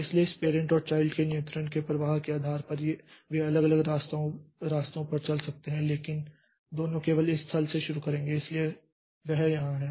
इसलिए इस पैरेंट और चाइल्ड के नियंत्रण के प्रवाह के आधार पर वे अलग अलग रास्तों पर चल सकते हैं लेकिन वे दोनों केवल इस स्थल से शुरू करेंगे इसलिए यह वहाँ है